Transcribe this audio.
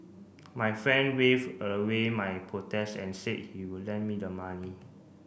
my friend waved away my protests and said he would lend me the money